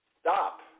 stop